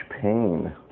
pain